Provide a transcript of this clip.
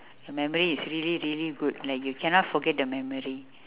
memory is really really good like you cannot forget the memory